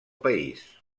país